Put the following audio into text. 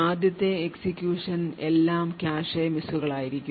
ആദ്യത്തെ എക്സിക്യൂഷൻ എല്ലാം കാഷെ മിസ്സുകളായിരിക്കും